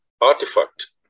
artifact